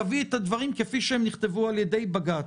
אין בעיה.